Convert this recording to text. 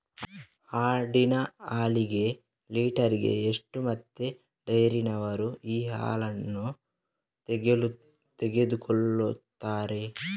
ಆಡಿನ ಹಾಲಿಗೆ ಲೀಟ್ರಿಗೆ ಎಷ್ಟು ಮತ್ತೆ ಡೈರಿಯವ್ರರು ಈ ಹಾಲನ್ನ ತೆಕೊಳ್ತಾರೆ?